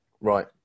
Right